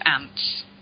ants